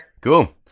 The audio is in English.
Cool